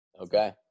Okay